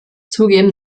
zugeben